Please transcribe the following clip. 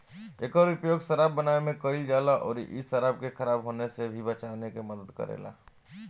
एकर उपयोग शराब बनावे में कईल जाला अउरी इ शराब के खराब होखे से भी बचावे में मदद करेला